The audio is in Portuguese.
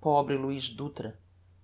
pobre luiz dutra